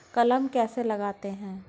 कलम कैसे लगाते हैं?